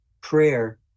prayer